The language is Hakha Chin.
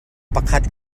pakhat